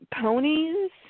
Ponies